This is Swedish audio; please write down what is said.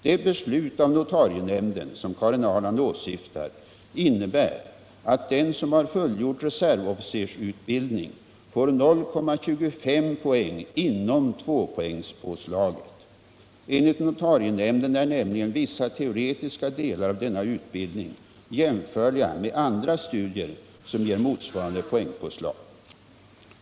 Det beslut av notarienämnden som Karin Ahrland åsyftar innebär att den som har fullgjort reservofficersutbildning får 0,25 poäng inom tvåpoängspåslaget. Enligt notarienämnden är nämligen vissa teoretiska delar av denna utbildning jämförliga med andra studier som ger motsvarande poängpåslag.